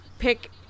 pick